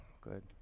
Good